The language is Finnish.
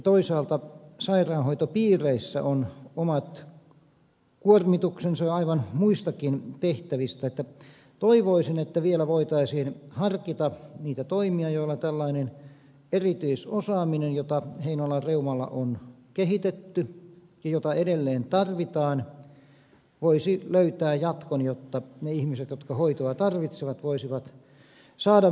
toisaalta sairaanhoitopiireissä on omat kuormituksensa aivan muistakin tehtävistä niin että toivoisin että vielä voitaisiin harkita niitä toimia joilla tällainen erityisosaaminen jota heinolan reumalla on kehitetty ja jota edelleen tarvitaan voisi löytää jatkon jotta ne ihmiset jotka hoitoa tarvitsevat voisivat saada myös hoitoa